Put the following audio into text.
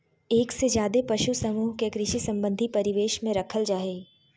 एक से ज्यादे पशु समूह के कृषि संबंधी परिवेश में रखल जा हई